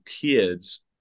kids